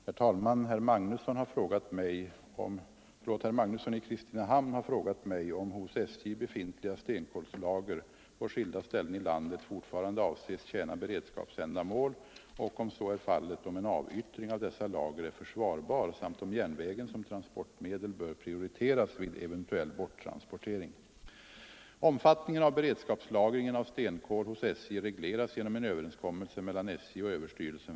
Herr talman! Herr Magnusson i Kristinehamn har frågat mig om hos SJ befintliga stenkolslager på skilda ställen i landet fortfarande avses tjäna beredskapsändamål och — om så är fallet — om en avyttring av dessa lager är försvarbar samt om järnvägen som transportmedel bör prioriteras vid eventuell borttransportering.